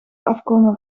afkomen